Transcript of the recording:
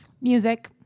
Music